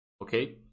okay